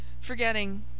forgetting